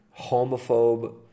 homophobe